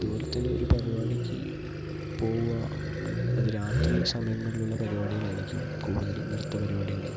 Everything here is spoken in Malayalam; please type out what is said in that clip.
അതുപോലെതന്നെ ഒരു പരിപാടിക്ക് പോവുക അത് രാത്രി സമയങ്ങളിലുള്ള പരിപാടികളായിരിക്കും കൂടുതലും നൃത്ത പരിപാടികൾ